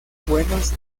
buenos